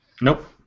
Nope